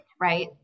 Right